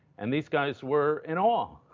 and these guys were in awe. ah